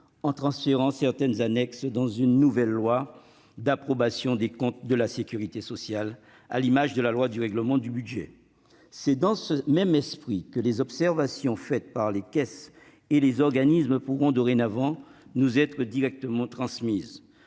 en transférant certaines annexes dans une nouvelle loi d'approbation des comptes de la sécurité sociale, à l'image de la loi de règlement du budget. Dans ce même esprit, les observations faites par les caisses et les organismes pourront nous être directement transmises.